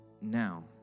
now